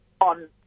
on